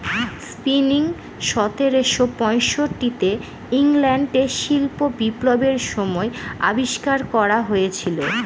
spinning সতেরোশো পয়ষট্টি তে ইংল্যান্ডে শিল্প বিপ্লবের সময় আবিষ্কার করা হয়েছিল